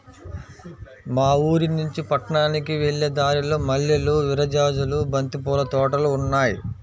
మా ఊరినుంచి పట్నానికి వెళ్ళే దారిలో మల్లెలు, విరజాజులు, బంతి పూల తోటలు ఉన్నాయ్